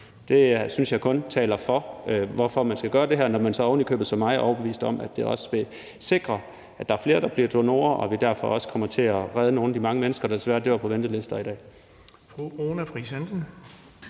Jeg synes kun, det taler for, at man skal gøre det her, når man ovenikøbet som mig er overbevist om, at det også vil sikre, at der er flere, der bliver donorer, og at vi derfor også kommer til at redde nogle af de mange mennesker, der desværre dør på venteliste i dag.